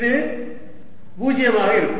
இது 0 ஆகும்